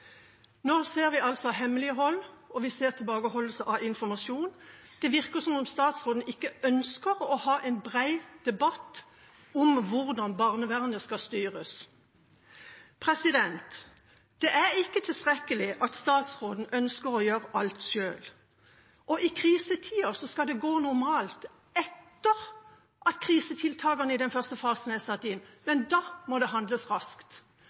Nå ser vi hemmelighold, og vi ser tilbakeholdelse av informasjon. Det virker som om statsråden ikke ønsker å ha en bred debatt om hvordan barnevernet skal styres. Det er ikke tilstrekkelig at statsråden ønsker å gjøre alt selv, og i krisetider skal det gå normalt etter at krisetiltakene i den første fasen er satt inn. Men da må det handles raskt.